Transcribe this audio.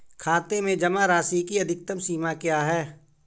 खाते में जमा राशि की अधिकतम सीमा क्या है?